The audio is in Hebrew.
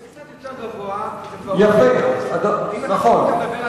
זה קצת יותר גבוה, יפה, נכון.